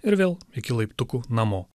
ir vėl iki laiptukų namo